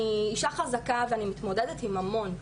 אני אישה חזקה ואני מתמודדת עם המון,